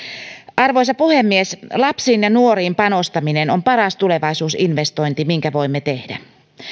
arvoisa puhemies lapsiin ja nuoriin panostaminen on paras tulevaisuusinvestointi minkä voimme tehdä